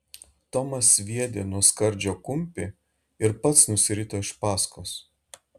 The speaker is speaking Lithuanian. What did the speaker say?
tomas sviedė nuo skardžio kumpį ir pats nusirito iš paskos